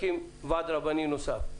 ועד רבנים נוסף,